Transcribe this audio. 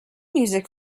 music